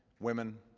women,